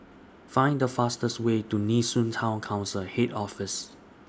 Find The fastest Way to Nee Soon Town Council Head Office